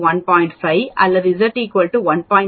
5 அல்லது Z 1